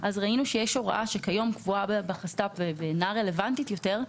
ראינו שיש היום הוראה שקבועה בחסד"פ ואינה רלוונטית יותר,